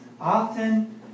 often